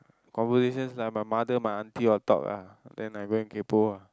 conversation like my mother my auntie all talk lah then I go and kaypoh ah